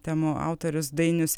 temų autorius dainius